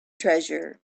treasure